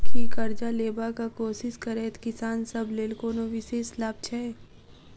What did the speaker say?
की करजा लेबाक कोशिश करैत किसान सब लेल कोनो विशेष लाभ छै?